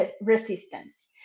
resistance